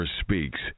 speaks